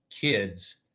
kids